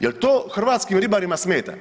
Jel to hrvatskim ribarima smeta?